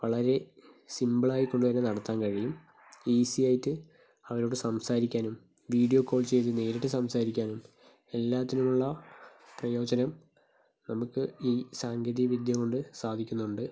വളരെ സിമ്പിളായിക്കൊണ്ടുതന്നെ നടത്താൻ കഴിയും ഈസിയായിട്ട് അവരോട് സംസാരിക്കാനും വീഡിയോ കോൾ ചെയ്ത് നേരിട്ട് സംസാരിക്കാനും എല്ലാത്തിനുമുള്ള പ്രയോജനം നമുക്ക് ഈ സാങ്കേതിക വിദ്യകൊണ്ട് സാധിക്കുന്നുണ്ട്